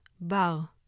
bar